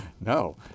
No